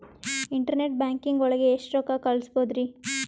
Internet banking ಒಳಗೆ ಎಷ್ಟ್ ರೊಕ್ಕ ಕಲ್ಸ್ಬೋದ್ ರಿ?